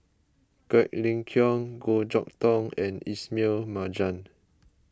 Quek Ling Kiong Goh Chok Tong and Ismail Marjan